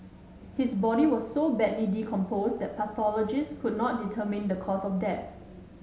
his body was so badly decomposed that pathologists could not determine the cause of death